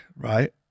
right